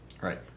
Right